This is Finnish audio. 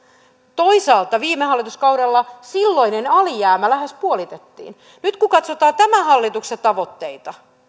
toisaalta viime hallituskaudella silloinen alijäämä lähes puolitettiin nyt kun katsotaan tämän hallituksen tavoitteita